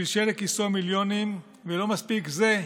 שלשל לכיסו מיליונים, ולא מספיק זה,